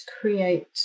create